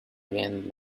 again